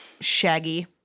shaggy